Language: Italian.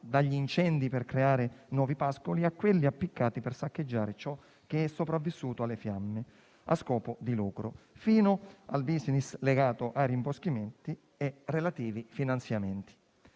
dagli incendi per creare nuovi pascoli a quelli appiccati per saccheggiare ciò che è sopravvissuto alle fiamme a scopo di lucro, fino al *business* legato ai rimboschimenti e relativi finanziamenti.